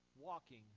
walking